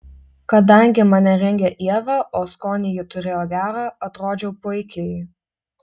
kadangi mane rengė ieva o skonį ji turėjo gerą atrodžiau puikiai